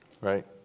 right